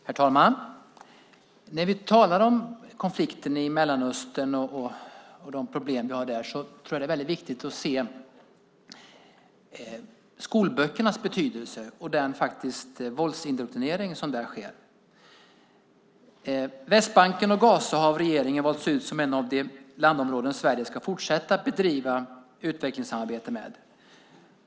Herr talman! När vi talar om konflikten och problemen i Mellanöstern är det viktigt att se skolböckernas betydelse och den våldsindoktrinering som sker i dem. Västbanken och Gaza har av regeringen valts ut som ett av de landområden som Sverige ska fortsätta att bedriva utvecklingssamarbete med.